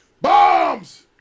Bombs